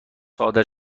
صادر